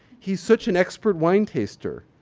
he's such an expert wine taster.